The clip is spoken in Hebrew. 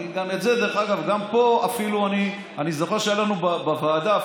גם פה אפילו אני זוכר שהיה לנו בוועדה,